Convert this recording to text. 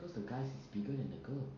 because the guy's bigger than the girl